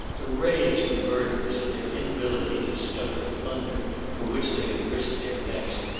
the rage of the murderers at their inability to discover the plunder for which they had risked their necks,